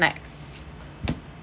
like